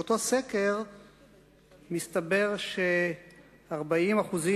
מאותו סקר מסתבר ש-40.5%